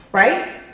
right?